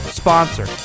sponsor